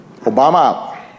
obama